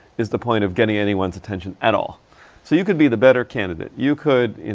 is the point of getting anyone's attention at all. so you could be the better candidate. you could, you